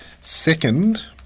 second